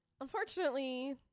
unfortunately